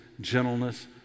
gentleness